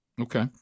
Okay